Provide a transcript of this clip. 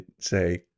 say